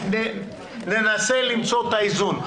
ננסה למצוא את האיזון.